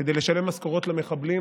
כדי לשלם משכורות למחבלים,